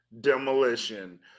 demolition